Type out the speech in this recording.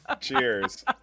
cheers